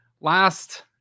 Last